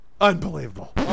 Unbelievable